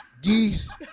Geese